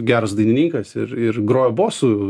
geras dainininkas ir ir grojo bosu